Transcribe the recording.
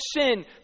sin